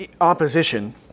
Opposition